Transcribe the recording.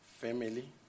family